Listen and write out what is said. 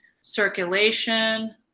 circulation